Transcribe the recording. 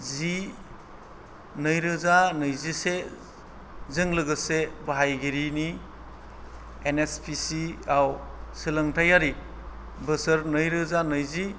जि नै रोजा नैजिसेजों लोगोसे बाहायगिरिनि एन एस पि सि आव सोलोंथायारि बोसोर नै रोजा नैजि